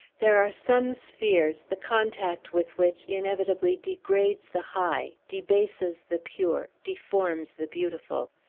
there are some spheres the contact with which inevitably degrades the high, debases the pure, deforms the beautiful.